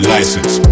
license